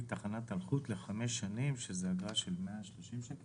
תחנת אלחוט לחמש שנים שזה משהו כמו 130 שקל,